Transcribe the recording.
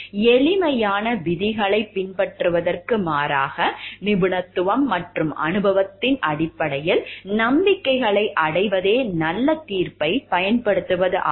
எளிமையான விதிகளைப் பின்பற்றுவதற்கு மாறாக நிபுணத்துவம் மற்றும் அனுபவத்தின் அடிப்படையில் நம்பிக்கைகளை அடைவதே நல்ல தீர்ப்பைப் பயன்படுத்துவதாகும்